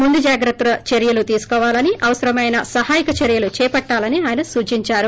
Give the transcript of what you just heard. ముందు జాగ్రత్త చర్యలు తీసుకోవాలని అవసరమైన సహాయ చర్యలు చేపట్టాలని ఆయన సూచించారు